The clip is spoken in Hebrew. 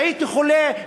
הייתי חולה,